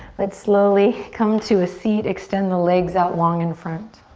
let's slowly come to a seat, extend the legs out long in front.